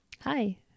Hi